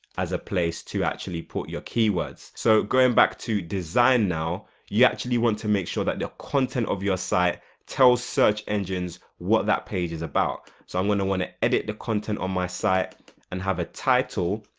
as a place to actually put your keywords. so going back to design now you actually want to make sure that the content of your site tells search engines what that page is about so i'm going to want to edit the content on my site and have a title